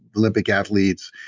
olympic athletes,